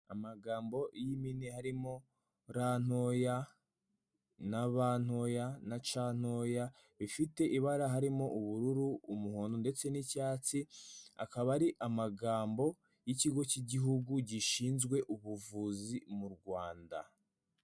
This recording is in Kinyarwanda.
Amagambo y'impini harimo r ntoya na b ntoya na c ntoya bifite ibara harimo ubururu, umuhondo ndetse n'icyatsi, akaba ari amagambo y'ikigo cy'igihugu gishinzwe ubuvuzi mu Rwanda.